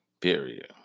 Period